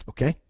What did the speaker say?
Okay